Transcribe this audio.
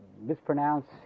mispronounce